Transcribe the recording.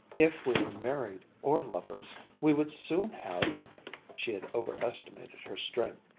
if we were married or lovers, we would soon have she had overestimated her strength.